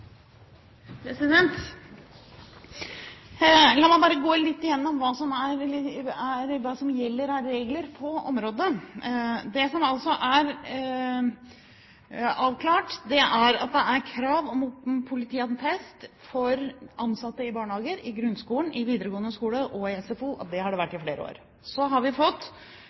La meg bare gå litt igjennom hva som gjelder av regler på området. Det som altså er avklart, er at det er krav om politiattest for ansatte i barnehager, i grunnskolen, i videregående skole og i SFO, og det har det vært i flere år. Så har vi fra 1. august 2010 fått